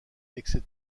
etc